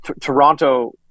Toronto